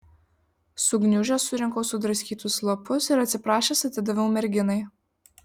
sugniužęs surinkau sudraskytus lapus ir atsiprašęs atidaviau merginai